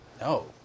No